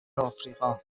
آفریقا